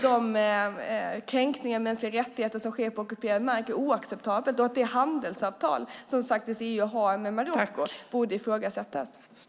De kränkningar av mänskliga rättigheter som sker på ockuperad mark är oacceptabla, och det handelsavtal som EU har med Marocko borde ifrågasättas.